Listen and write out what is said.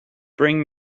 bring